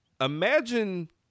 imagine